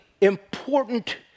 important